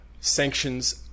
sanctions